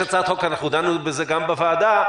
אנחנו דנו בזה גם בוועדה,